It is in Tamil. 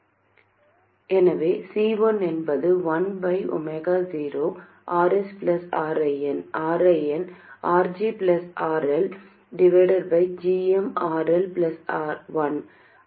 எனவே C1 என்பது 1 0Rs Rin Rin RG RL gmRL1 ஐ விட அதிகமாக இருக்க வேண்டும்